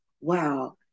wow